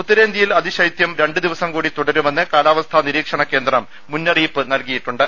ഉത്തരേന്ത്യയിൽ അതിശൈത്യം രണ്ട് ദിവസം കൂടി തുരടുമെന്ന് കാലാവസ്ഥാ നിരീക്ഷണ കേന്ദ്രം മുന്നറിയിപ്പ് നൽകിയിട്ടുണ്ട്